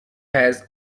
has